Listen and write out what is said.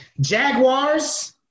Jaguars